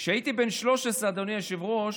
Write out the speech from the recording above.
כשהייתי בן 13, אדוני היושב-ראש,